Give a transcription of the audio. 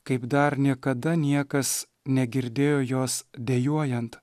kaip dar niekada niekas negirdėjo jos dejuojant